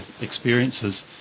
experiences